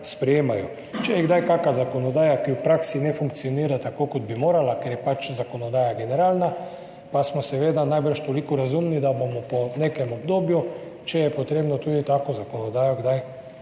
Če je kdaj kakšna zakonodaja, ki v praksi ne funkcionira tako, kot bi morala, ker je pač zakonodaja generalna, pa smo seveda najbrž toliko razumni, da bomo po nekem obdobju, če je treba, tudi tako zakonodajo kdaj